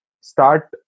Start